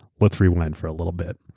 let's rewind for a little bit.